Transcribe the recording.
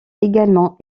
également